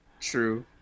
True